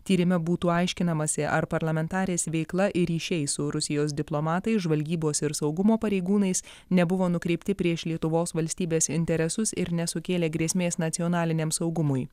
tyrime būtų aiškinamasi ar parlamentarės veikla ir ryšiai su rusijos diplomatais žvalgybos ir saugumo pareigūnais nebuvo nukreipti prieš lietuvos valstybės interesus ir nesukėlė grėsmės nacionaliniam saugumui